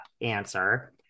answer